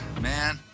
man